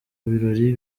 birori